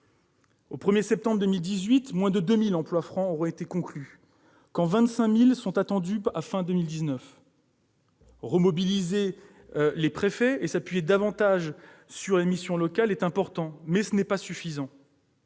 Au 1 septembre 2018, moins de 2 000 emplois francs auraient été conclus, quand 25 000 sont attendus à la fin de 2019. Remobiliser les préfets et s'appuyer davantage sur les missions locales est important, mais ce n'est pas suffisant.